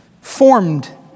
Formed